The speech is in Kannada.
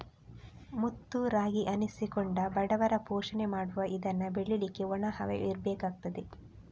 ಮುತ್ತು ರಾಗಿ ಅನ್ನಿಸಿಕೊಂಡ ಬಡವರ ಪೋಷಣೆ ಮಾಡುವ ಇದನ್ನ ಬೆಳೀಲಿಕ್ಕೆ ಒಣ ಹವೆ ಇರ್ಬೇಕಾಗ್ತದೆ